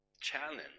challenge